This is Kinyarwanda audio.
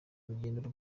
urugendo